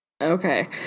Okay